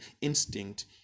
instinct